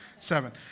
seven